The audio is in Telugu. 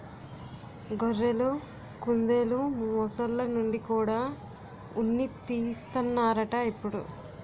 గొర్రెలు, కుందెలు, మొసల్ల నుండి కూడా ఉన్ని తీస్తన్నారట ఇప్పుడు